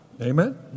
Amen